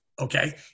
okay